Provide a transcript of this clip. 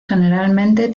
generalmente